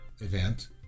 event